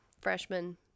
freshman